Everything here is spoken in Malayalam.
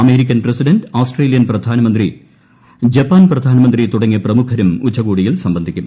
അമേരിക്കൻ പ്രസിഡന്റ് ആസ്ട്രേലിയൻ പ്രധാനമന്ത്രി ജപ്പാൻ പ്രധാനമന്ത്രി തുടങ്ങിയ പ്രമുഖരും ഉച്ചകോടിയിൽ സംബന്ധിക്കും